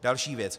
Další věc.